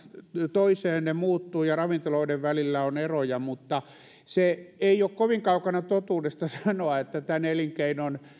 toiseen ne muuttuvat ja ravintoloiden välillä on eroja mutta ei ole kovin kaukana totuudesta sanoa että tämän elinkeinon